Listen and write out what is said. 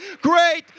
great